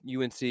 unc